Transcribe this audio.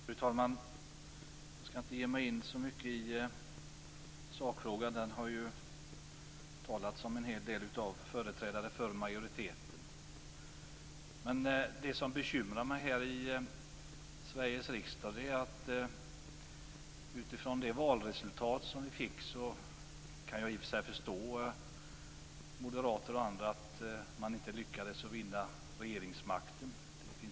Fru talman! Jag skall inte ge mig in så mycket på sakfrågan. Den har det ju talats en hel del om av företrädare för majoriteten. Men det är en del som bekymrar mig här i Sveriges riksdag. Utifrån det valresultat som vi fick kan jag i och för sig förstå att det finns en besvikelse hos moderater och andra att de inte lyckades vinna regeringsmakten.